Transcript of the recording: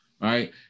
right